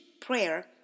prayer